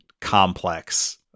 complex